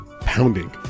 Pounding